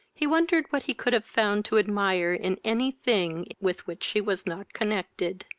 he wondered what he could have found to admire in any thing with which she was not connected.